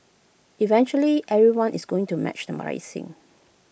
eventually everyone is going to match the